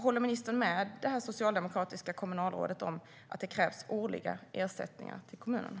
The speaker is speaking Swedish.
Håller ministern med det nämnda socialdemokratiska kommunalrådet om att det krävs årliga ersättningar till kommunerna?